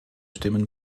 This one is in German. stimmen